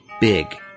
big